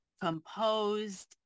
composed